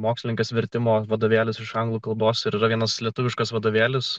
mokslininkas vertimo vadovėlis iš anglų kalbos ir yra vienas lietuviškas vadovėlis